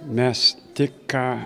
mes tik ką